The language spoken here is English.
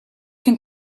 can